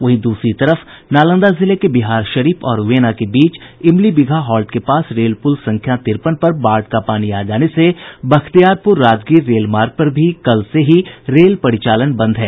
वहीं दूसरी तरफ नालंदा जिले के बिहारशरीफ और वेना के बीच इमलीबिगहा हॉल्ट के पास रेल पुल संख्या तिरपन पर बाढ़ का पानी आ जाने से बख्तियारपुर राजगीर रेल मार्ग पर भी कल से ही रेल परिचालन बंद है